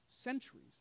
Centuries